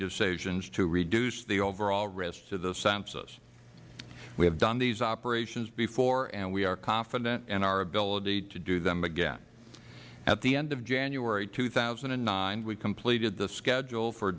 decisions to reduce the overall risk to the census we have done these operations before and we are confident in our ability to do them again at the end of january two thousand and nine we completed the schedule for